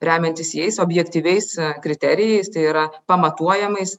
remiantis jais objektyviais kriterijais tai yra pamatuojamais